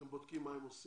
אתם בודקים מה הם עושים?